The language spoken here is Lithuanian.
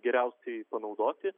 geriausiai panaudoti